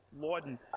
Lawden